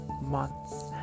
months